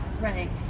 Right